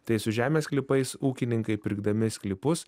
tai su žemės sklypais ūkininkai pirkdami sklypus